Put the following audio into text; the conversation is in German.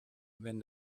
wenn